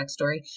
backstory